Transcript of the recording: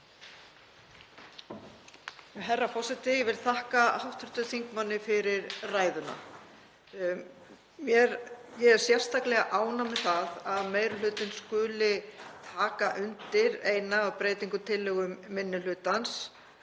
Herra forseti. Ég vil þakka hv. þingmanni fyrir ræðuna. Ég er sérstaklega ánægð með það að meiri hlutinn skuli taka undir eina af breytingartillögum minni hlutans